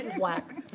black.